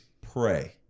pray